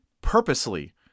purposely